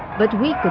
but we